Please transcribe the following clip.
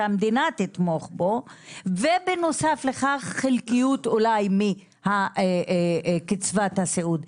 שהמדינה תתמוך בו ובנוסף לכל חלקיות אולי מהקצבת הסיעוד,